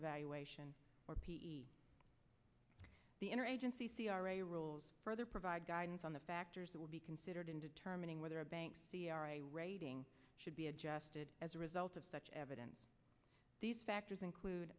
evaluation or p e the interagency c r a rules further provide guidance on the factors that will be considered in determining whether a bank or a rating should be adjusted as a result of such evidence these factors include